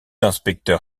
inspecteur